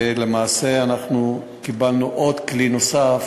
ולמעשה אנחנו קיבלנו כלי נוסף